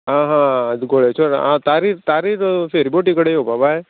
आं हा गोळेश्वर आं तारीर तारीर फेरीबोटी कडे येवपा बाय